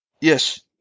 Yes